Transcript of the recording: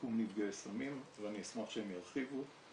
שיקום נפגעי סמים ואני אשמח שהן ירחיבו.